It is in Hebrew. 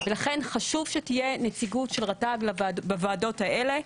ולכן חשוב שתהיה נציגות של רט"ג בוועדות האלה.